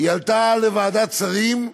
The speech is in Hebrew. היא עלתה לוועדת שרים,